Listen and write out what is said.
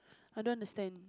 I don't understand